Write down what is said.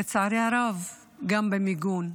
לצערי הרב, גם במיגון.